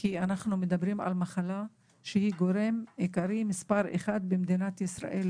כי אנחנו מדברים על מחלה שהיא גורם התמותה מספר אחת בישראל.